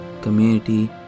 community